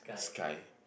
sky